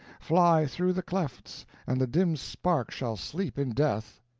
fly through the clefts, and the dim spark shall sleep in death.